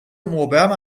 مبرم